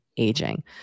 aging